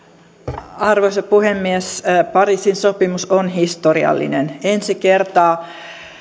arvoisa puhemies pariisin sopimus on historiallinen ensi kertaa